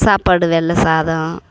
சாப்பாடு வெள்ளை சாதம்